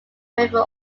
river